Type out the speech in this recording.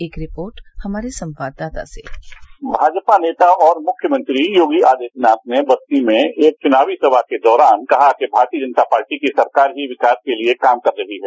एक रिपोर्ट हमारे संवाददाता से भाजपा नेता और मुख्यमंत्री योगी आदित्यनाथ ने बस्ती में एक चुनावी सभा के दौरान कहा कि भारतीय जनता पार्टी की सरकार ही विकास के लिए काम कर रही है